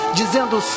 dizendo